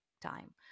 time